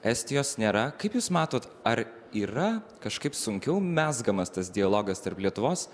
estijos nėra kaip jūs matot ar yra kažkaip sunkiau mezgamas tas dialogas tarp lietuvos